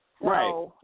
Right